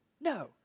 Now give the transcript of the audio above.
No